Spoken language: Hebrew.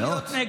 מאות?